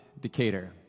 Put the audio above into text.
Decatur